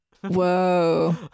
Whoa